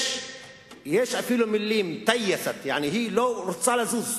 יש אפילו מלים: "תייסאת" יעני, היא לא רוצה לזוז.